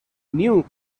knew